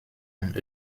und